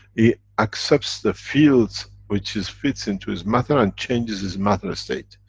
it accepts the fields which is fits into its matter, and changes its matter-state,